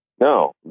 No